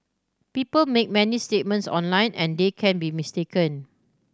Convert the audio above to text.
people make many statements online and they can be mistaken